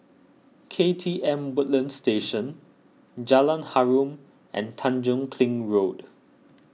K T M Woodlands Station Jalan Harum and Tanjong Kling Road